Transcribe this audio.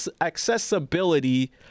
accessibility